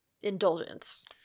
indulgence